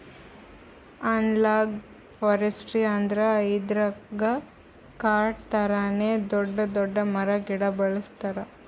analogue forestry ಅಂದ್ರ ಇದ್ರಾಗ್ ಕಾಡ್ ಥರಾನೇ ದೊಡ್ಡ್ ದೊಡ್ಡ್ ಮರ ಗಿಡ ಬೆಳಸ್ತಾರ್